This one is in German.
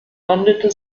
wandelte